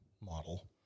model